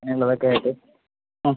ഇനി ഉള്ളത് ഒക്കെ ഇത് ആ